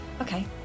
Okay